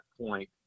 point